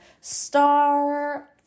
star